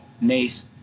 NACE